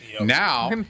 Now